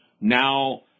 now